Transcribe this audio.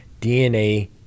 DNA